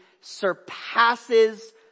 Surpasses